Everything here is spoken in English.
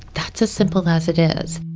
that's as simple as it is